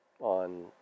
on